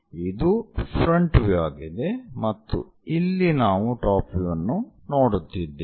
ಇದು front view ಆಗಿದೆ ಮತ್ತು ಇಲ್ಲಿ ನಾವು ಟಾಪ್ ವ್ಯೂ ಅನ್ನು ನೋಡುತ್ತಿದ್ದೇವೆ